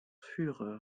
furent